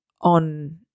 on